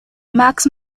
max